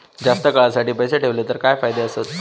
जास्त काळासाठी पैसे ठेवले तर काय फायदे आसत?